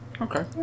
Okay